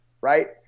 right